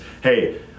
Hey